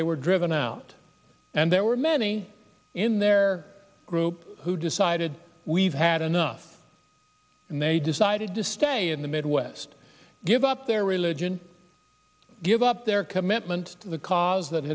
they were driven out and there were many in their group who decided we've had enough and they decided to stay in the midwest give up their religion give up their commitment